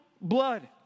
blood